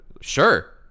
sure